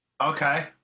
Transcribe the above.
Okay